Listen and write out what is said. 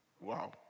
Wow